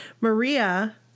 Maria